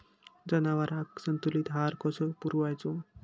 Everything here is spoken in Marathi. जनावरांका संतुलित आहार कसो पुरवायचो?